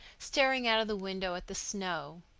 staring out of the window at the snow.